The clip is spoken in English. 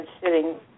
sitting